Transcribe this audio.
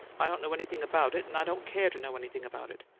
i don't know anything about it, and i don't care to know anything about it.